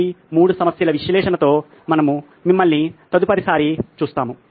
ఈ 3 సమస్యల విశ్లేషణతో మేము మిమ్మల్ని తదుపరిసారి చూస్తాము